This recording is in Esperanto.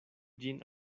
ĝin